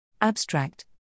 Abstract